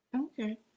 Okay